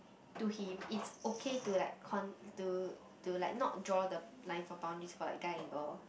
to him it's okay to like con~ to to like not draw the line for boundaries for like guy and girl